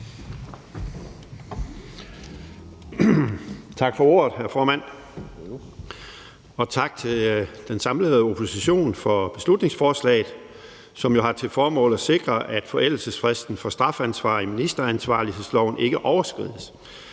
Tak for ordet, hr. formand. Og tak til den samlede opposition for beslutningsforslaget, som jo har til formål at sikre, at forældelsesfristen for strafansvar i ministeransvarlighedsloven ikke overskrides,